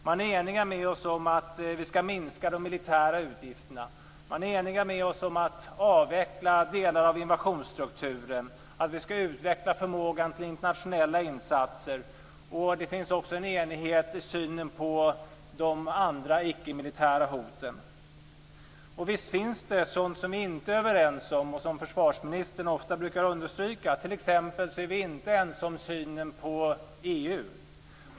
Vi är eniga om att vi skall minska de militära utgifterna. Vi är eniga om att vi skall avveckla delar av invasionsstrukturen och om att vi skall utveckla förmågan när det gäller internationella insatser. Det finns också en enighet i synen på de andra icke-militära hoten. Visst finns det sådant som vi inte är överens om och som försvarsministern ofta brukar understryka. Vi är t.ex. inte ense om synen på EU.